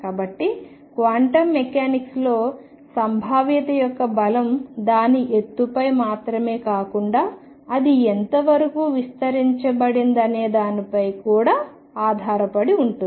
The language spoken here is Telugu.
కాబట్టి క్వాంటం మెకానిక్స్లో సంభావ్యత యొక్క బలం దాని ఎత్తుపై మాత్రమే కాకుండా అది ఎంత వరకు విస్తరించబడిందనే దానిపై కూడా ఆధారపడి ఉంటుంది